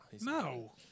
no